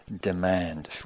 demand